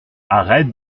arrête